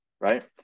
Right